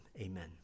Amen